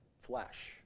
flesh